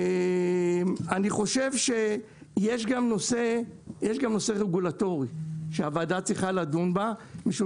אני חושב שיש גם נושא רגולטורי שהוועדה צריכה לדון בה משום